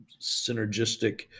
synergistic